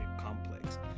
complex